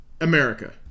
America